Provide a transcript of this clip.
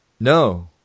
no